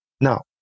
Now